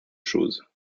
chose